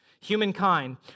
Humankind